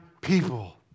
people